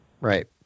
Right